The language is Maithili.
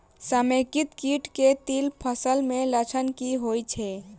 समेकित कीट केँ तिल फसल मे लक्षण की होइ छै?